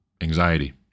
anxiety